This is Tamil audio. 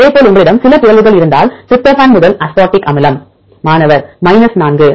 அதேபோல் உங்களிடம் சில பிறழ்வுகள் இருந்தால் டிரிப்டோபன் முதல் அஸ்பார்டிக் அமிலம் மாணவர் 4